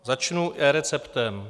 Začnu eReceptem.